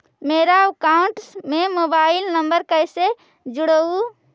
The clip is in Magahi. मेरा अकाउंटस में मोबाईल नम्बर कैसे जुड़उ?